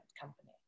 company